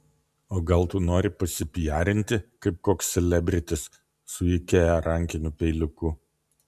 o gal tu nori pasipijarinti kaip koks selebritis su ikea rankiniu peiliuku